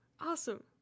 awesome